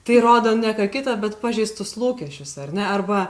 tai rodo ne ką kita bet pažeistus lūkesčius ar ne arba